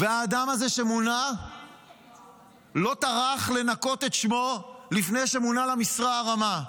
והאדם הזה שמונה לא טרח לנקות את שמו לפני שמונה למשרה הרמה.